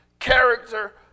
character